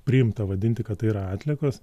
priimta vadinti kad tai yra atliekos